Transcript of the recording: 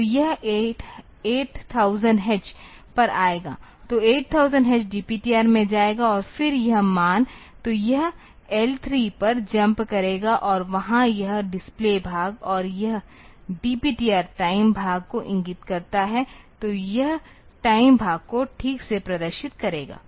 तो यह 8000 H पर आएगा तो 8000 H DPTR में जाएगा और फिर यह मान तो यह L 3 पर जम्प करेगा और वहां यह डिस्प्ले भाग और यह DPTR टाइम भाग को इंगित करता है तो यह टाइम भाग को ठीक से प्रदर्शित करेगा